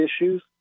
issues